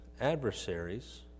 adversaries